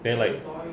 then like